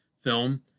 film